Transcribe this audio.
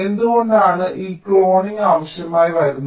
എന്തുകൊണ്ടാണ് ഞങ്ങൾക്ക് ഈ ക്ലോണിംഗ് ആവശ്യമായി വരുന്നത്